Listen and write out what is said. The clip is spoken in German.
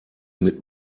mit